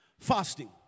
Fasting